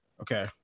okay